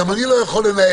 גם אני לא יכול לנהל.